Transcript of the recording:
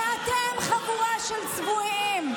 ואתם חבורה של צבועים,